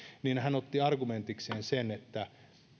niin hän otti argumentikseen sen että